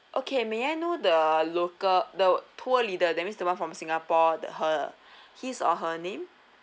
okay may I know the local the tour leader that means the one from singapore the her his or her name